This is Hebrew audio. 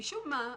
משום מה,